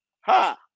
ha